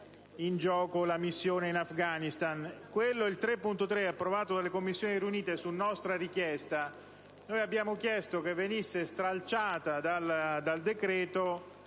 in gioco la missione in Afghanistan. Quanto all'emendamento 3.3, approvato dalle Commissioni riunite su nostra richiesta, abbiamo chiesto che venisse tolta dal decreto